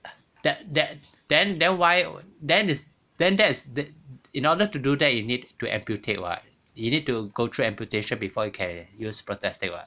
that that then then why would then this then that's then in order to do that you need to amputate [what] you need to go through amputation before you can use prosthetics [what]